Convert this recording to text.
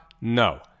No